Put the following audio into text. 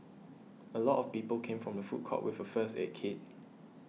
a lot of people came from the food court with a first aid kit